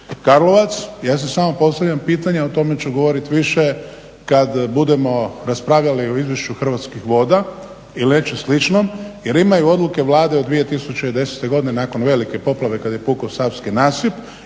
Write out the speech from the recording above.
Karlovac, ja si samo postavljam pitanje o tome ću govoriti više kad budemo raspravljali o izvješću Hrvatskih voda ili nešto slično jer imaju odluke Vlade od 2010.godine nakon velike poplave kad je pukao Savski nasip